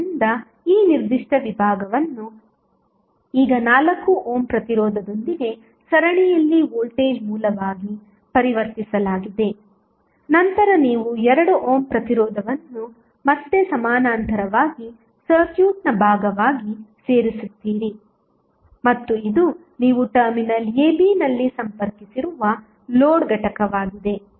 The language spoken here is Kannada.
ಆದ್ದರಿಂದ ಈ ನಿರ್ದಿಷ್ಟ ವಿಭಾಗವನ್ನು ಈಗ 4 ಓಮ್ ಪ್ರತಿರೋಧದೊಂದಿಗೆ ಸರಣಿಯಲ್ಲಿ ವೋಲ್ಟೇಜ್ ಮೂಲವಾಗಿ ಪರಿವರ್ತಿಸಲಾಗಿದೆ ನಂತರ ನೀವು 2 ಓಮ್ ಪ್ರತಿರೋಧವನ್ನು ಮತ್ತೆ ಸಮಾನಾಂತರವಾಗಿ ಸರ್ಕ್ಯೂಟ್ನ ಭಾಗವಾಗಿ ಸೇರಿಸುತ್ತೀರಿ ಮತ್ತು ಇದು ನೀವು ಟರ್ಮಿನಲ್ AB ನಲ್ಲಿ ಸಂಪರ್ಕಿಸಿರುವ ಲೋಡ್ ಘಟಕವಾಗಿದೆ